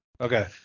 Okay